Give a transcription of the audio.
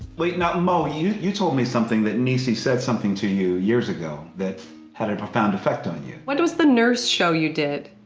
wait, now mo, you you told me something that niecy said something to you years ago that had a profound effect on you. what was the nurse show you did?